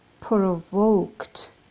provoked